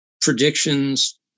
predictions